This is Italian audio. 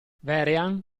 vehrehan